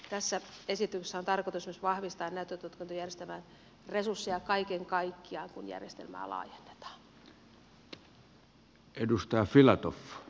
tässä esityksessä on tarkoitus myös vahvistaa näyttötutkintojärjestelmän resursseja kaiken kaikkiaan kun järjestelmää laajennetaan